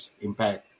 impact